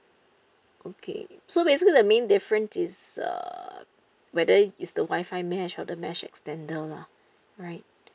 okay so basically the main difference is uh whether is the WI-FI mesh or the mesh extender lah right